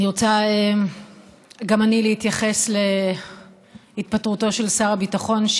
אני רוצה גם אני להתייחס להתפטרותו של שר הביטחון,